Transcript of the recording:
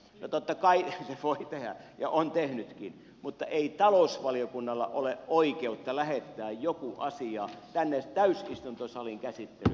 no totta kai se voi tehdä ja on tehnytkin mutta ei talousvaliokunnalla ole oikeutta lähettää jotakin asiaa tänne täysistuntosaliin käsittelyyn